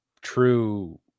true